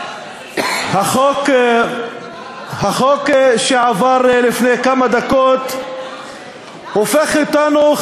החוק שעבר לפני כמה דקות הופך אותנו,